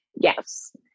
Yes